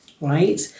right